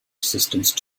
assistance